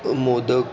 modak